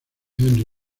henry